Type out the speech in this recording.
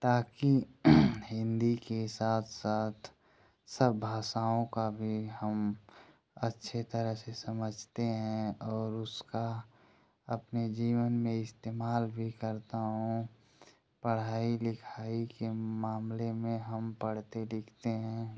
ताकि हिन्दी के साथ साथ सब भाषाओं का भी हम अच्छी तरह से समझते हैं और उसका अपने जीवन में इस्तेमाल भी करता हूँ पढ़ाई लिखाई के मामले में हम पढ़ते लिखते हैं